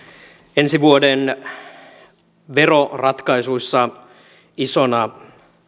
ensi vuoden veroratkaisuissa isona